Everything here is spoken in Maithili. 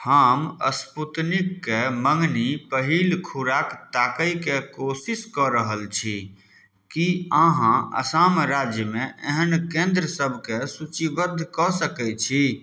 हम स्पूतनिक कऽ मँगनी पहिल खुराक ताकयके कोशिश कऽ रहल छी की अहाँ असाम राज्यमे एहन केन्द्र सबके सूचीबद्ध कऽ सकैत छी